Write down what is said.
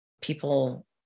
people